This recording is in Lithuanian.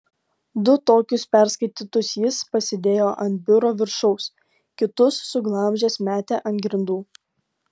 du tokius perskaitytus jis pasidėjo ant biuro viršaus kitus suglamžęs metė ant grindų